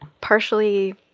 partially